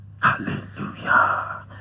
Hallelujah